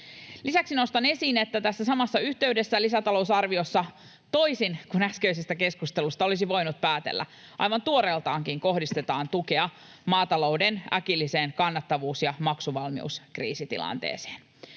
Lisäksi nostan esiin, että tässä samassa yhteydessä lisätalousarviossa, toisin kuin äskeisestä keskustelusta olisi voinut päätellä, aivan tuoreeltaan kohdistetaan tukea maatalouden äkilliseen kannattavuus- ja maksuvalmiuskriisitilanteeseen.